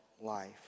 life